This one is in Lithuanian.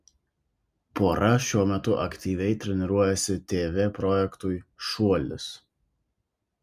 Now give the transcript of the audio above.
pora šiuo metu aktyviai treniruojasi tv projektui šuolis